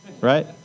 right